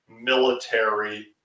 military